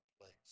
place